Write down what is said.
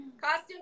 Costume